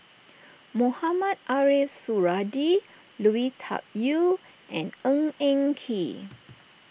Mohamed Ariff Suradi Lui Tuck Yew and Ng Eng Kee